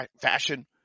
fashion